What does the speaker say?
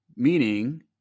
Meaning